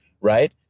right